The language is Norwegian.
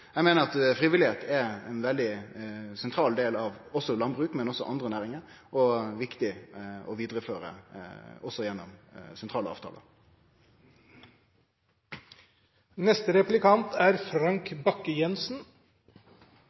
Eg meiner at frivilligheit er ein veldig sentral del av landbruket, men òg andre næringar, som det er viktig å vidareføre gjennom sentrale